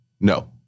No